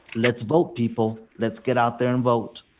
let's vote, people. let's get out there and vote?